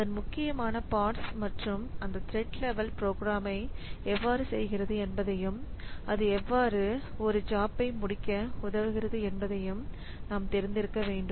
அதன் முக்கியமான பாட்ஸ் மற்றும் அந்த த்ரெட் லெவல் ப்ரோக்ராமை எவ்வாறு செய்கிறது என்பதையும் அது எவ்வாறு ஒரு ஜாப்ஐ முடிக்க உதவுகிறது என்பதையும் நாம் தெரிந்திருக்க வேண்டும்